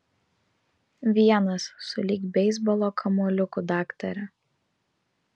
vienas sulig beisbolo kamuoliuku daktare